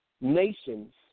nations